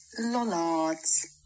Lollards